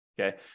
Okay